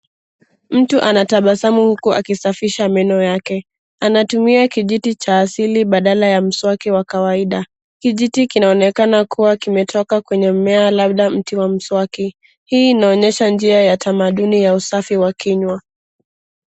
Mtu anatabasamu huku akisafisha meno yake. Anatumia kijiti cha asili badala ya mswaki wa kawaida. Kijiti kinaonekana kuwa kimetoka kwenye mmea labda mti wa mswaki. Hii inaonyesha njia ya tamaduni ya usafi wa kinywa.